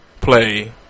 play